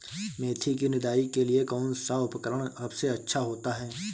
मेथी की निदाई के लिए कौन सा उपकरण सबसे अच्छा होता है?